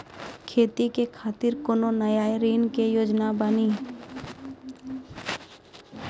खेती के खातिर कोनो नया ऋण के योजना बानी?